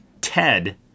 Ted